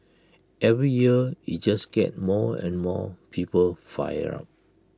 every year IT just gets more and more people fired up